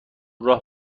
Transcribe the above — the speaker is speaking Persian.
راه